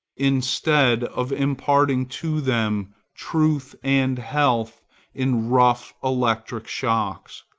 instead of imparting to them truth and health in rough electric shocks,